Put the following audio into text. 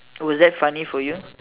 was that funny for you